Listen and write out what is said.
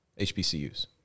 HBCUs